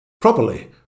properly